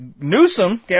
Newsom